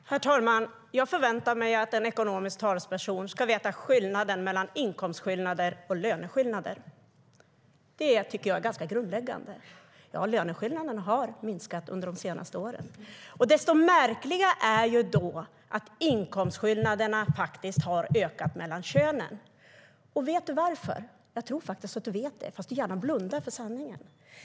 Herr talman! Jag förväntar mig att en ekonomisk talesperson ska veta skillnaden mellan inkomstskillnader och löneskillnader. Det tycker jag är ganska grundläggande. Ja, löneskillnaderna har minskat under de senaste åren. Desto märkligare är det ju då att inkomstskillnaderna har ökat mellan könen. Och vet du varför? Jag tror faktiskt att du vet det, fast du gärna blundar för sanningen.